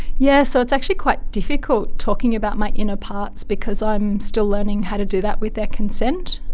yes, so it's actually quite difficult talking about my inner parts because i am still learning how to do that with their consent,